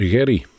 Gerry